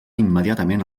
immediatament